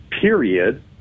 period